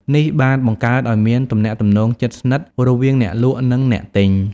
នេះបានបង្កើតឱ្យមានទំនាក់ទំនងជិតស្និទ្ធរវាងអ្នកលក់និងអ្នកទិញ។